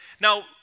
Now